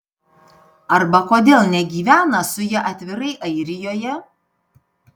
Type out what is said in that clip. arba kodėl negyvena su ja atvirai airijoje